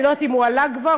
אני לא יודעת אם הוא עלה כבר,